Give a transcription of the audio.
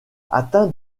atteint